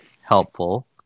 helpful